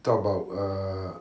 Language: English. talk about uh